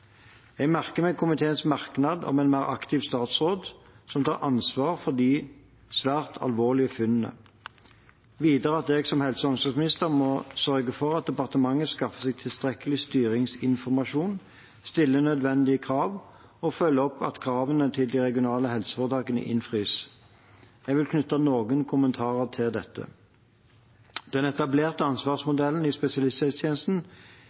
Jeg merker meg komiteens merknad om en mer aktiv statsråd, som tar ansvar for de svært alvorlige funnene. Videre at jeg som helse- og omsorgsminister må sørge for at departementet skaffer seg tilstrekkelig styringsinformasjon, stiller nødvendige krav og følger opp at kravene til de regionale helseforetakene innfris. Jeg vil knytte noen kommentarer til dette. Den etablerte